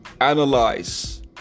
Analyze